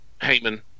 Heyman